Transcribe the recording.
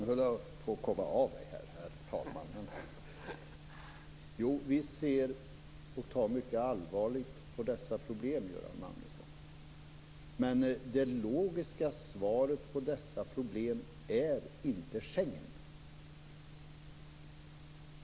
Herr talman! Vi ser mycket allvarligt på dessa problem, Göran Magnusson. Men den logiska lösningen är inte Schengen.